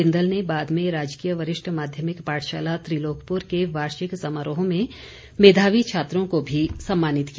बिंदल ने बाद में राजकीय वरिष्ठ माध्यमिक पाठशाला त्रिलोकपुर के वार्षिक समारोह में मेधावी छात्रों को भी सम्मानित किया